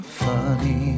funny